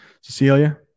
cecilia